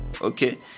okay